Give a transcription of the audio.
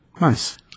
Nice